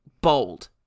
bold